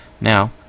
Now